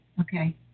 okay